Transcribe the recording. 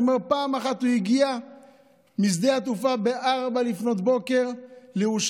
אומר: פעם אחת הוא הגיע משדה התעופה ב-04:00 לירושלים,